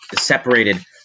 separated